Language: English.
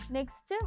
Next